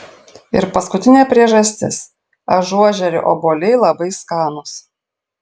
ir paskutinė priežastis ažuožerių obuoliai labai skanūs